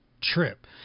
trip